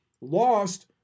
lost